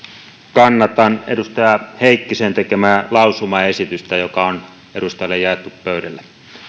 kannatan edustaja heikkisen tekemää lausumaesitystä joka on edustajille jaettu pöydille